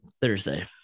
Thursday